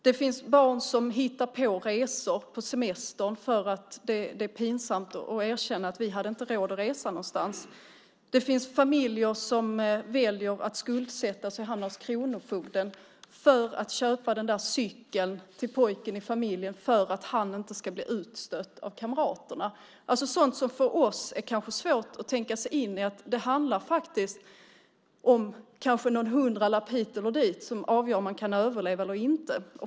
Det finns barn som hittar på semesterresor för att det är pinsamt att erkänna att familjen inte hade råd att resa någonstans. Det finns familjer som väljer att skuldsätta sig och hamna hos kronofogden för att kunna köpa den där cykeln till pojken i familjen så att han inte ska bli utstött av kamraterna. Sådant har vi svårt att tänka oss in i. Det handlar kanske om någon hundralapp hit eller dit som avgör om man kan överleva eller inte.